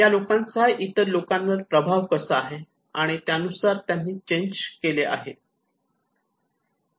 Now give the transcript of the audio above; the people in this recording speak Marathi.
या लोकांचा इतर लोकांवर प्रभाव कसा आहे त्यानुसार त्यांनी चेंज केले आहे